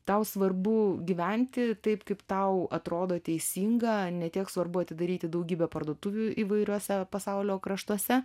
tau svarbu gyventi taip kaip tau atrodo teisinga ne tiek svarbu atidaryti daugybę parduotuvių įvairiuose pasaulio kraštuose